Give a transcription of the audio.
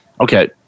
Okay